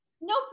no